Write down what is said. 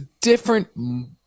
different